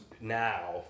now